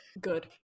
Good